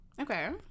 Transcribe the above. Okay